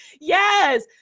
Yes